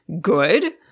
good